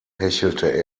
hechelte